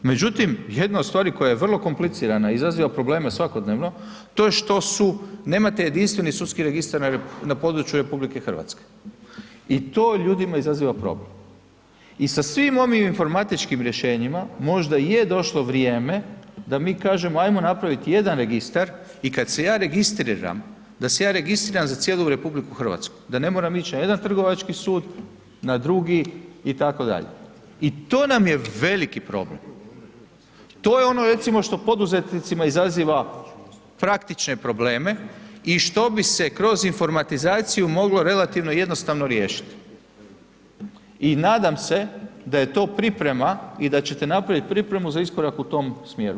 Međutim, jedna od stvari koja je vrlo komplicirana izaziva probleme svakodnevno, to je što su, nemate jedinstveni sudski registar na području RH i to ljudima izaziva problem i sa svim ovim informatičkim rješenjima možda je i došlo vrijeme da mi kažemo ajmo napraviti jedan registar i kad se ja registriram da se ja registriram za cijelu RH, da ne moram ići na jedan trgovački sud, na drugi itd. i to nam je veliki problem, to je ono recimo što poduzetnicima izaziva fraktične probleme i što bi se kroz informatizaciju moglo relativno jednostavno riješit i nadam se da je to priprema i da ćete napraviti pripremu za iskorak u tom smjeru.